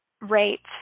rates